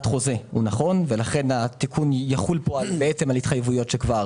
חוזה הוא נכון ולכן התיקון יחול פה בעצם על התחייבויות שכבר